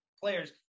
players